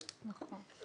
<< דובר_המשך >> דניאלה: << דובר_המשך >> נכון.